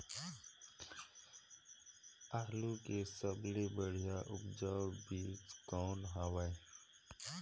आलू के सबले बढ़िया उपजाऊ बीजा कौन हवय?